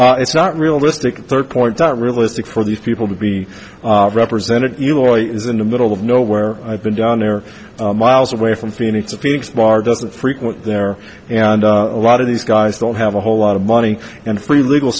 moon it's not realistic third point that realistic for these people to be represented in the middle of nowhere i've been down there miles away from phoenix a phoenix bar doesn't frequent there and a lot of these guys don't have a whole lot of money and free legal